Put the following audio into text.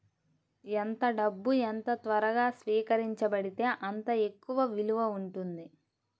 ఎంత డబ్బు ఎంత త్వరగా స్వీకరించబడితే అంత ఎక్కువ విలువ ఉంటుంది